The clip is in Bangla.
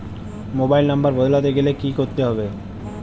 মোবাইল নম্বর বদলাতে গেলে কি করতে হবে?